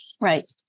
Right